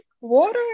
Water